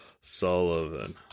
Sullivan